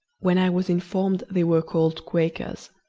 when i was informed they were called quakers.